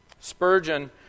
Spurgeon